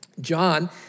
John